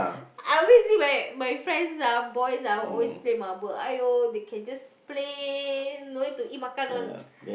I always see my my friends ah boys ah always play marble !aiyo! they can just play no need to eat makan one